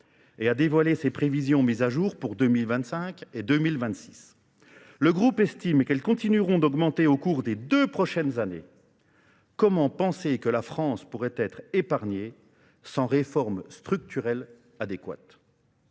et a dévoilé ses prévisions mises à jour pour 2025 et 2026. Le groupe estime qu'elles continueront d'augmenter au cours des deux prochaines années comment penser que la France pourrait être épargnée sans réforme structurelle adéquate.